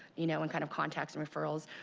you know, and kind of contacts and referrals.